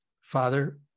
father